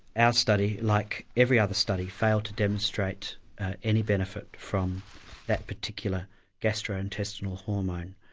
our study, like every other study, failed to demonstrate any benefit from that particular gastro-intestinal hormone.